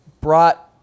brought